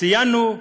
ציינו,